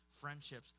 friendships